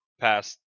past